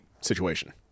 situation